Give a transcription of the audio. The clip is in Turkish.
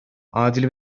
adil